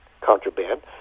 contraband